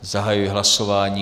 Zahajuji hlasování.